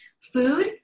food